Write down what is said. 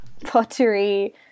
pottery